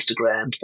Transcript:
Instagram